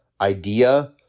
idea